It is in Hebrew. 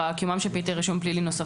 קיומם של פריטי רישום פלילי נוספים,